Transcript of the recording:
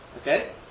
Okay